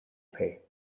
pay